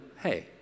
hey